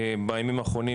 בימים האחרונים,